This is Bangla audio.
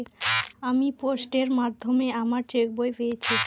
আমি পোস্টের মাধ্যমে আমার চেক বই পেয়েছি